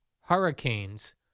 Hurricanes